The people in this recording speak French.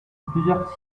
plusieurs